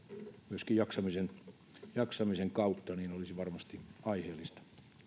myöskin jaksamisen kautta olisi varmasti aiheellista